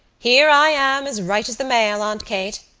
here i am as right as the mail, aunt kate!